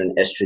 estrogen